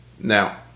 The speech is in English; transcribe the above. Now